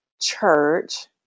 church